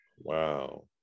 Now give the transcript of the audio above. Wow